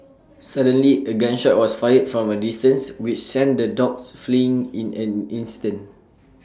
suddenly A gun shot was fired from A distance which sent the dogs fleeing in an instant